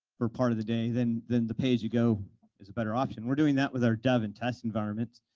for part of the day, then then the pay as you go is a better option. we're doing that with our dev and test environments.